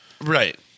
Right